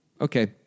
Okay